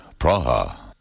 Praha